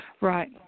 Right